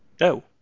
No